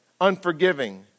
unforgiving